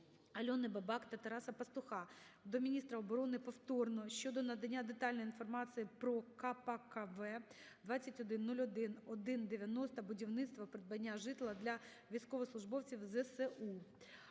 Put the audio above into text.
АльониБабак та Тараса Пастуха до міністра оборони повторно щодо надання детальної інформації про КПКВ 2101190 "Будівництво (придбання) житла для військовослужбовців ЗСУ".